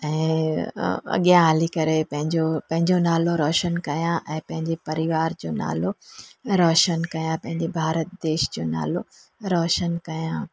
ऐं अॻियां हली करे पंहिंजो पंहिंजो नालो रोशन कयां ऐं पंहिंजे परिवार जो नालो रोशन कयां पंहिंजे भारत देश जो नालो रोशन कयां